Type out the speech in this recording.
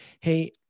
hey